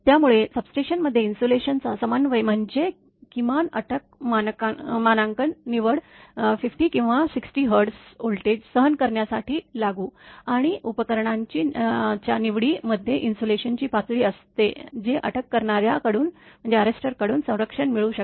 त्यामुळे सबस्टेशनमध्ये इन्सुलेशनचा समन्वय म्हणजे किमान अटक मानांकन निवड 50 किंवा 60 हर्ट्झ व्होल्टेज सहन करण्यासाठी लागू आणि उपकरणांच्या निवडी मध्ये इन्सुलेशनची पातळी असते जे अटक करणाऱ्या कडून संरक्षण मिळू शकते